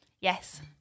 Yes